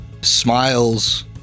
smiles